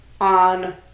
on